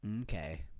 Okay